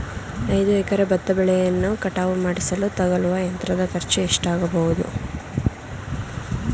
ಐದು ಎಕರೆ ಭತ್ತ ಬೆಳೆಯನ್ನು ಕಟಾವು ಮಾಡಿಸಲು ತಗಲುವ ಯಂತ್ರದ ಖರ್ಚು ಎಷ್ಟಾಗಬಹುದು?